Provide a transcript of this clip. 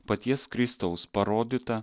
paties kristaus parodyta